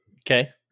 Okay